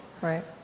Right